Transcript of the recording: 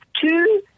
two